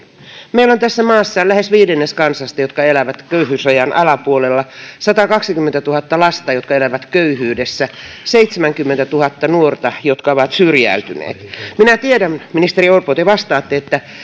meillä on tässä maassa lähes viidennes kansasta sellaisia jotka elävät köyhyysrajan alapuolella satakaksikymmentätuhatta lasta jotka elävät köyhyydessä seitsemänkymmentätuhatta nuorta jotka ovat syrjäytyneet minä tiedän ministeri orpo että te vastaatte että